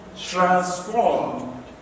transformed